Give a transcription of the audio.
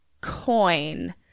coin